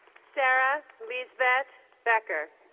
sarah liesbet becker